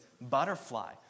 butterfly